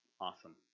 awesome